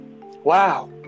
Wow